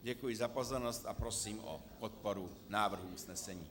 Děkuji za pozornost a prosím o podporu návrhu usnesení.